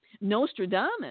Nostradamus